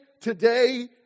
today